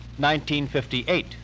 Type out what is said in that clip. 1958